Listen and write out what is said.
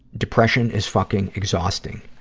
depression is fucking exhausting.